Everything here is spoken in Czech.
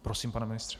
Prosím, pane ministře.